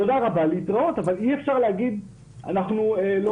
תודה רבה,